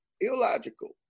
illogical